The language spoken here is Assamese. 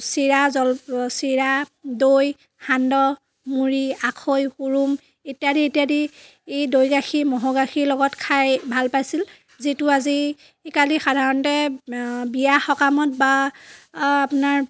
চিৰা জলপা চিৰা দৈ সান্দহ মুড়ি আখৈ হুৰুম ইত্যাদি ইত্যাদি দৈ গাখীৰ ম'হৰ গাখীৰ লগত খাই ভাল পাইছিল যিটো আজিকালি সাধাৰণতে বিয়া সকামত বা আপোনাৰ